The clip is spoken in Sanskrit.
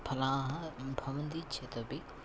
फलानि भवन्ति चेदपि